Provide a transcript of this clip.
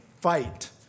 fight